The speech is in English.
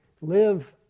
live